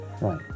Right